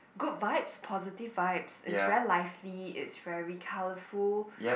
good vibes positive vibes it's very lively it's very colourful